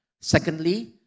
Secondly